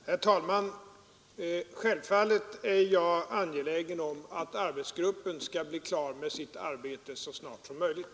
Herr talman! Självfallet är jag angelägen om att arbetsgruppen skall bli klar med sitt arbete så snart som möjligt.